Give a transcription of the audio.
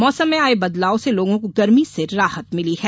मौसम में आये बदलाव से लोगों को गर्मी से राहत मिली है